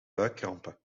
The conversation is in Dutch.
buikkrampen